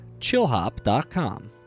ChillHop.com